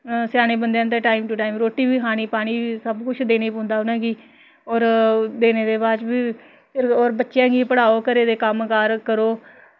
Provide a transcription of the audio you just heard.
स्यानें बंदेआ time to time रोटी बी खानी पानी बी सब कुछ देना पौंदा उ'नें गी होर देने दे बाद च बी होर बच्चेआं गी पढ़ाओ घरै दे कम्म कार करो